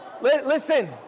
Listen